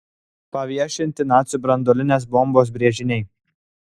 paviešinti nacių branduolinės bombos brėžiniai